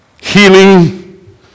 Healing